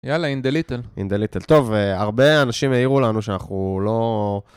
יאללה, אין דה ליטל. אין דה ליטל. טוב, הרבה אנשים העירו לנו שאנחנו לא...